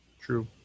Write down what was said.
True